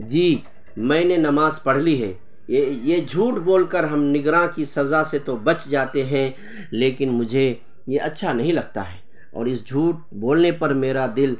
جی میں نے نماز پڑھ لی ہے یہ یہ جھوٹ بول کر ہم نگراں کی سزا سے تو بچ جاتے ہیں لیکن مجھے یہ اچھا نہیں لگتا ہے اور اس جھوٹ بولنے پر میرا دل